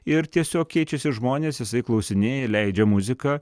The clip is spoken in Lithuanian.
ir tiesiog keičiasi žmonės jisai klausinėja leidžia muziką